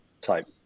type